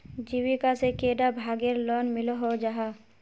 जीविका से कैडा भागेर लोन मिलोहो जाहा?